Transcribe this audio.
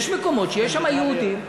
מדינות סקנדינביה.